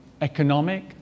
economic